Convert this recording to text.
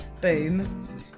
boom